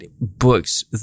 books